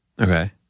Okay